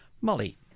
Molly